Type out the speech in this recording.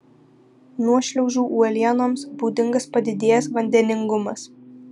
nuošliaužų uolienoms būdingas padidėjęs vandeningumas